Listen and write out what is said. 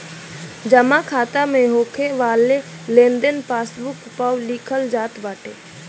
जमा खाता में होके वाला लेनदेन पासबुक पअ लिखल जात बाटे